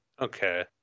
Okay